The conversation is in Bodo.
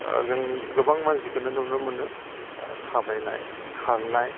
जों गोबां मानसिखौनो नुनो मोनो थाबायनाय खारनाय